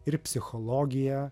ir psichologija